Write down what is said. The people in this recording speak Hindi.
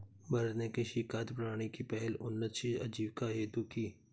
भारत ने कृषि खाद्य प्रणाली की पहल उन्नतशील आजीविका हेतु की